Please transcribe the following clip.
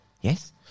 Yes